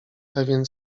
pewien